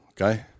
Okay